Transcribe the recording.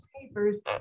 papers